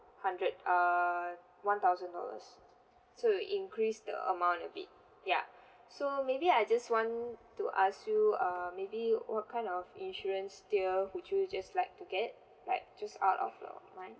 hundred err one thousand dollars so will increase the amount a bit ya so maybe I just want to ask you err maybe what kind of insurance tier would you just like to get like just out of your mind